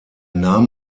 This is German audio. nahm